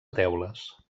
teules